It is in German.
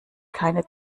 keine